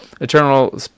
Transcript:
Eternal